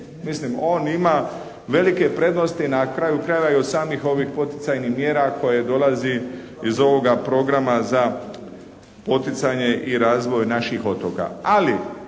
Mislim, on ima velike prednosti na kraju krajeva i od samih ovih poticajnih mjera koje dolazi iz ovoga programa za poticanje i razvoj naših otoka.